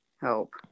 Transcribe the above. help